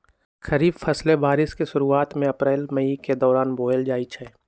खरीफ फसलें बारिश के शुरूवात में अप्रैल मई के दौरान बोयल जाई छई